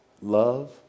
love